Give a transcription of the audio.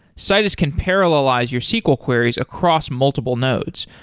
citus can parallelize your sql queries across multiple nodes,